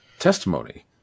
testimony